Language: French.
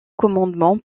commandement